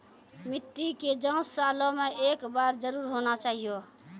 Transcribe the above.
मिट्टी के जाँच सालों मे एक बार जरूर होना चाहियो?